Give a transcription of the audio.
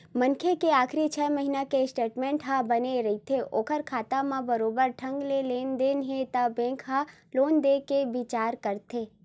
मनखे के आखरी छै महिना के स्टेटमेंट ह बने रथे ओखर खाता म बरोबर ढंग ले लेन देन हे त बेंक ह लोन देय के बिचार ल करथे